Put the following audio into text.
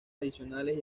adicionales